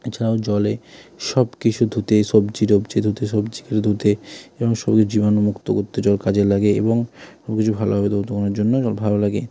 এছাড়াও জলে সব কিছু ধুতে সবজি টবজি ধুতে সবজি কেটে ধুতে এবং শরীর জীবাণুমুক্ত করতে জল কাজে লাগে এবং রোজ ভালোভাবে ধৌতকর্মের জন্য জল ভালো লাগে